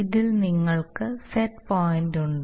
ഇതിൽ നിങ്ങൾക്ക് set point ഉണ്ട്